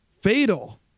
Fatal